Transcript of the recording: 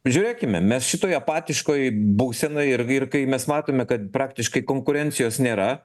žiūrėkime mes šitoje apatiškoj būsenoj ir ir kai mes matome kad praktiškai konkurencijos nėra